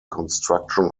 construction